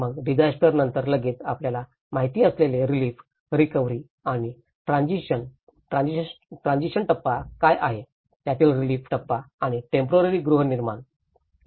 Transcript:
मग डिझास्टर नंतर लगेच आपल्याला माहिती असलेले रिलीफ रिकव्हरी आणि ट्रॅजिशन ट्रॅजिशन टप्पा काय आहे त्यातील रिलीफ टप्पा आणि टेम्पोरारी गृहनिर्माण